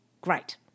Great